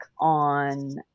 on